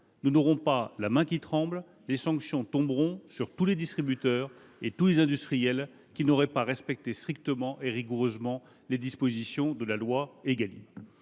nous n’aurons pas la main qui tremble : les sanctions tomberont sur tous les distributeurs et sur tous les industriels qui n’auraient pas respecté strictement et rigoureusement les dispositions de la loi Égalim.